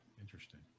Interesting